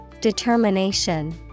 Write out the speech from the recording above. Determination